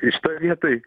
ir šitoj vietoj